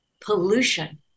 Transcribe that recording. pollution